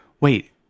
wait